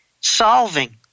solving